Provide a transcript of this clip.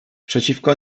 przeciwko